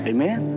Amen